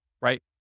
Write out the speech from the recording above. right